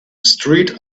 street